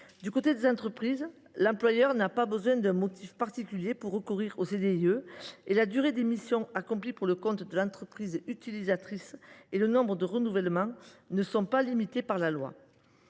Du côté des entreprises, l’employeur n’a pas besoin d’un motif particulier pour recourir au CDIE ; en outre, ni la durée des missions accomplies pour le compte de l’entreprise utilisatrice ni le nombre de renouvellements ne sont limités par la loi,